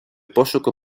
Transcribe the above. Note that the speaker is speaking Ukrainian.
пошуку